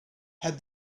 had